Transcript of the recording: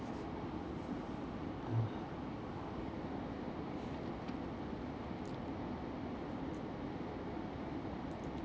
ah